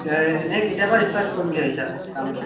এতিয়া এনেই কেতিয়াৰপৰা ষ্টাৰ্ট কৰিম বুলি ভাবিছা কামটো